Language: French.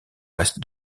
reste